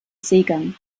seegang